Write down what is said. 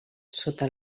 sota